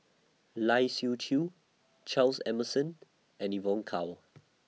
Lai Siu Chiu Charles Emmerson and Evon Kow